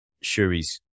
Shuri's